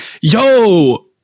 yo